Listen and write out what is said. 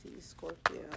Scorpio